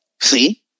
see